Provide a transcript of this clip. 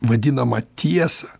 vadinamą tiesą